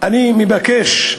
אני מבקש,